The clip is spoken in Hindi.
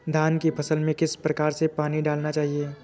धान की फसल में किस प्रकार से पानी डालना चाहिए?